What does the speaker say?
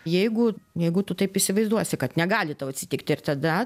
jeigu jeigu tu taip įsivaizduosi kad negali tau atsitikt ir tada